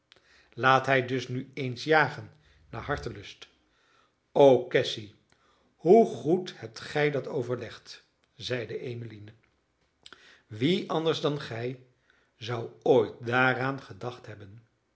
laat hij dus nu eens jagen naar hartelust o cassy hoe goed hebt gij dat overlegd zeide emmeline wie anders dan gij zou ooit daaraan gedacht hebben